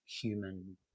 human